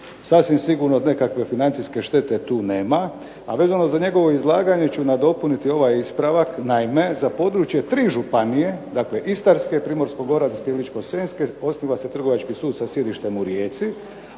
Sasvim sigurno nekakve financijske štete tu nema, a vezano za njegovo izlaganje ću nadopuniti ovaj ispravak. Naime, za područje tri županije, dakle Istarske, Primorsko-goranske i Ličko-senjske osniva se Trgovački sud sa sjedištem u Rijeci,